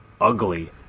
ugly